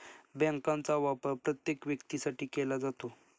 बँकांचा वापर प्रत्येक व्यक्तीसाठी केला जातो